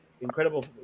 incredible